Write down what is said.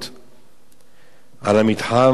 על המתחם, כולל הר-ציון.